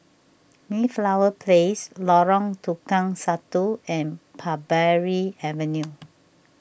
Mayflower Place Lorong Tukang Satu and Parbury Avenue